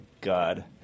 God